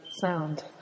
sound